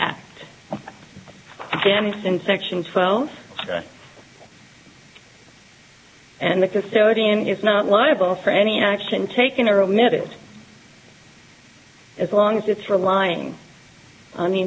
act damages in section twelve and the custodian is not liable for any action taken or omitted as long as it's relying on the